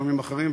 תשלומים אחרים.